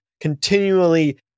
continually